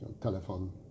telephone